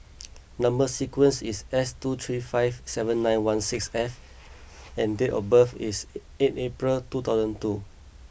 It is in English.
number sequence is S two three five seven nine one six F and date of birth is eight April two thousand two